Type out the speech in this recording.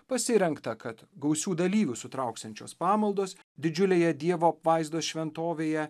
pasirengta kad gausių dalyvių sutrauksiančios pamaldos didžiulėje dievo apvaizdos šventovėje